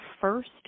first